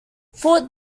fort